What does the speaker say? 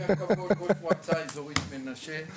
ראש ------ מועצה אזורית מנשה,